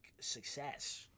success